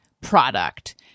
product